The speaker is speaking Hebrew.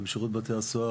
ושירות בתי הסוהר,